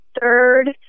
third